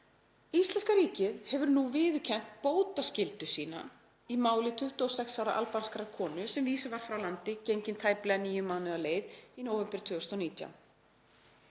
„Íslenska ríkið hefur nú viðurkennt bótaskyldu sína í máli 26 ára albanskrar konu sem vísað var frá landi gengin tæplega níu mánuði á leið í nóvember 2019.“